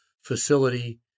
facility